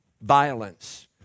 Violence